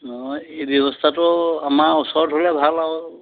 অঁ এই ব্যৱস্থাটো আমাৰ ওচৰত হ'লে ভাল আৰু